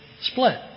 split